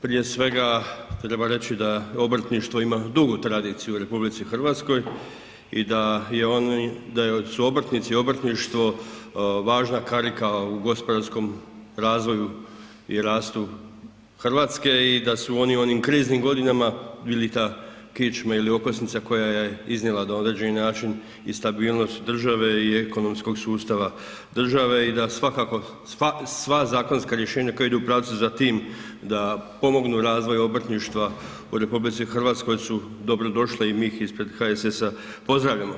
Prije svega treba reći da obrtništvo ima dugu tradiciju u RH i da su obrtnici i obrtništvo važna karika u gospodarskom razvoju i rastu Hrvatske i da su oni u onim kriznim godinama bili ta kičma ili okosnica koja je iznijela na određeni način i stabilnost države i ekonomskog sustava države i da sva zakonska rješenja koja idu u pravcu za tim da pomognu razvoju obrtništva u RH su dobrodošla i mi ih ispred HSS-a pozdravljamo.